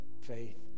faith